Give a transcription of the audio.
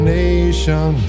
nation